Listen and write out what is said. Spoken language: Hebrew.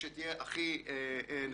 ושתהיה הכי נכונה,